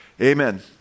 Amen